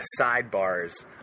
sidebars